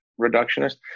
reductionist